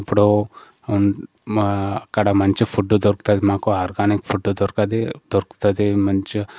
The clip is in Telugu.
ఇప్పుడు మా అక్కడ మంచి ఫుడ్ దొరుకుతుంది మాకు ఆర్గానిక్ ఫుడ్డు దొరుకదు దొరుకతుంది మంచి